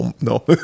no